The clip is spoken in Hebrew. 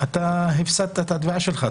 אתה הפסדת את התביעה שלך,